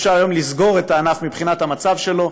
אפשר היום כבר לסגור את הענף מבחינת המצב שלו.